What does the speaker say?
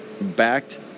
backed